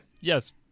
Yes